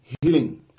healing